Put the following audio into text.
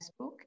Facebook